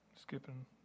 Skipping